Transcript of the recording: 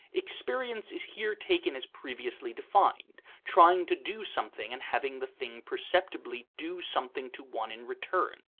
experience is here taken as previously defined trying to do something and having the thing perceptibly do something to one in return.